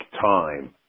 time